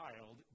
child